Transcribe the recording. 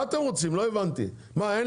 לא הבנתי מה אתם רוצים?